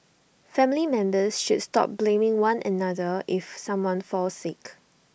family members should stop blaming one another if someone falls sick